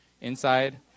inside